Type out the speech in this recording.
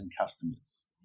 customers